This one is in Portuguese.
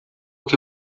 que